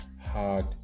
hard